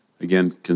Again